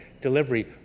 delivery